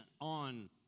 on